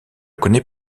connais